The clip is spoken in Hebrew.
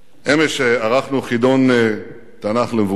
אמש ערכנו חידון תנ"ך למבוגרים.